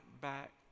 back